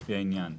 לפי העניין: